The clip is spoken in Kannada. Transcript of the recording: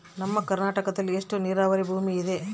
ನಮ್ಮ ಕರ್ನಾಟಕದಲ್ಲಿ ಎಷ್ಟು ನೇರಾವರಿ ಭೂಮಿ ಇದೆ?